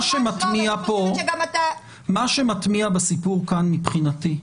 מה שמתמיה בסיפור כאן מבחינתי,